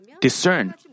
discern